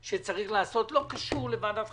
לממשלה ואומרים שצריך להקים ועדת חקירה ממלכתית,